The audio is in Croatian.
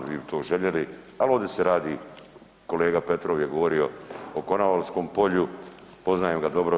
Vi bi to željeli, ali ovdje se radi kolega Petrov je govorio o Konavalskom polju, poznajem ga dobro.